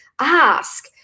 ask